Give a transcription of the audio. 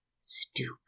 stupid